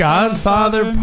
Godfather